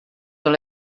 dans